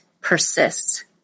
persists